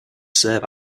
serve